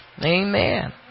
amen